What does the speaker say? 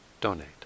donate